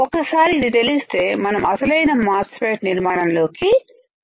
ఒక్కసారి ఇది తెలిస్తే మనం అసలైన మాస్ ఫెట్ నిర్మాణంలోకి వెళ్ళచ్చు